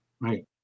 Right